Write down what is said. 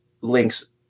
links